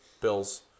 bills